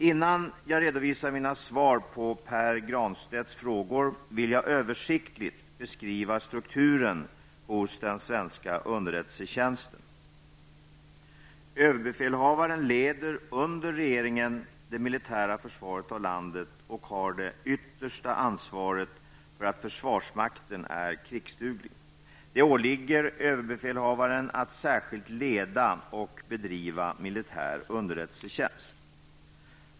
Innan jag redovisar mina svar på Pär Granstedts frågor vill jag översiktligt beskriva strukturen hos den svenska underrättelsetjänsten. Överbefälhavaren leder -- under regeringen -- det militära försvaret av landet och har det yttersta ansvaret för att försvarsmakten är krigsduglig. Det åligger överbefälhavaren att särskilt leda och bedriva militär underrättelsetjänst.